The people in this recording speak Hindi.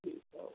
ठीक और